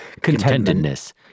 Contentedness